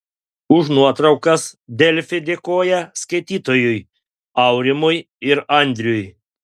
už nuotraukas delfi dėkoja skaitytojui aurimui ir andriui